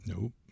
Nope